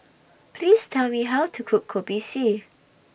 Please Tell Me How to Cook Kopi C